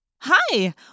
Hi